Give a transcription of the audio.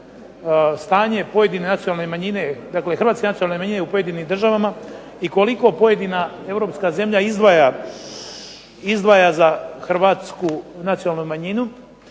hrvatske nacionalne manjine u pojedinim državama i koliko pojedina europska zemlja izdvaja za hrvatsku nacionalnu manjinu,